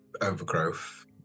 overgrowth